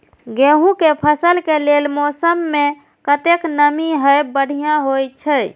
गेंहू के फसल के लेल मौसम में कतेक नमी हैब बढ़िया होए छै?